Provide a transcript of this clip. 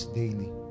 daily